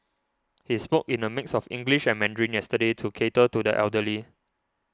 he spoke in a mix of English and Mandarin yesterday to cater to the elderly